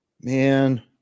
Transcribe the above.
man